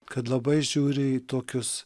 kad labai žiūri į tokius